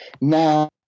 Now